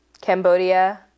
Cambodia